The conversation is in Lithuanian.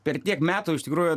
per tiek metų iš tikrųjų